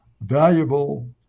valuable